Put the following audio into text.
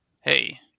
Hey